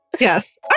Yes